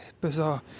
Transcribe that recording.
bizarre